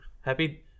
Happy